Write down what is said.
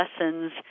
lessons